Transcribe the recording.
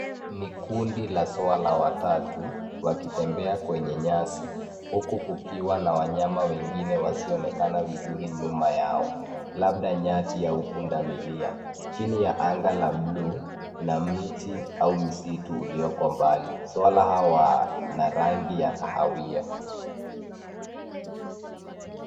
Ni kundi la swala watatu wakitembea kwenye nyasi huku kukiwa na wanyama wengine wasioonekana vizuri nyuma yao labda nyati au punda milia chini ya anga la blue na miti au misitu ulioko mbali. Swara hawa wana rangi ya kahawia.